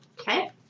Okay